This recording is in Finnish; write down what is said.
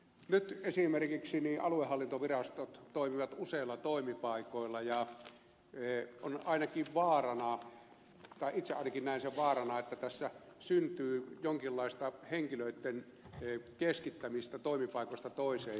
nyt esimerkiksi aluehallintovirastot toimivat useilla toimipaikoilla ja on ainakin vaarana tai itse ainakin näen sen vaarana että tässä syntyy jonkinlaista henkilöitten keskittämistä toimipaikoista toiseen